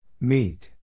Meet